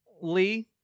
Lee